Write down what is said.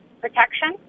protection